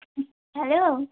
hello